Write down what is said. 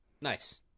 Nice